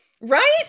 Right